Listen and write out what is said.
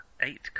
eight